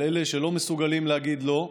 על אלה שלא מסוגלים להגיד לא,